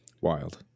Wild